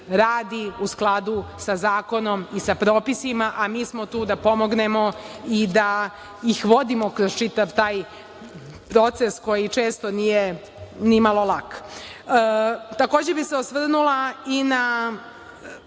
radi u skladu sa zakonom i sa propisima, a mi smo tu da pomognemo i da ih vodimo kroz čitav taj proces koji često nije ni malo lak. Takođe bih se osvrnula i na